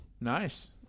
nice